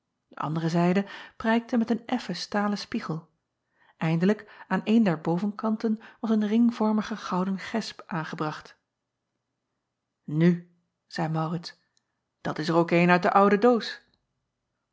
de andere zijde prijkte met een effen stalen spiegel eindelijk aan een der bovenkanten was een ringvormige gouden gesp aangebracht u zeî aurits dat is er ook een uit de oude